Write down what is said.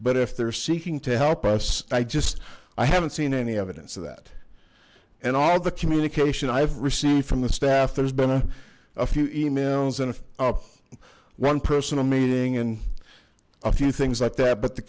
but if they're seeking to help us i just i haven't seen any evidence of that and all the communication i've received from the staff there's been a few emails and one personal meeting and a few things like that